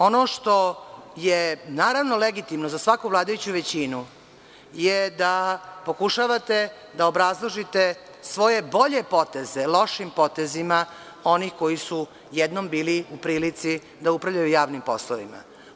Ono što je legitimno za svaku vladajuću većinu je da pokušavate da obrazložite svoje bolje poteze lošim potezima onih koji su jednom bili u prilici da upravljaju javnim poslovima.